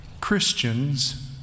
Christians